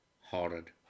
Horrid